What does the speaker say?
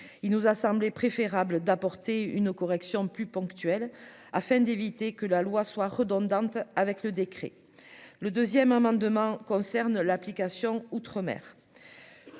il nous a semblé préférable d'apporter une correction plus ponctuelles afin d'éviter que la loi soit redondantes avec le décret le 2ème amendement concerne l'application outre-mer